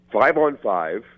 five-on-five